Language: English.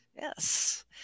Yes